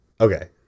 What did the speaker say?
Okay